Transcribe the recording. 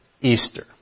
Easter